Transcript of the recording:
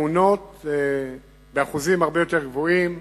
ויש תאונות באחוזים הרבה יותר גבוהים